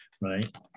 right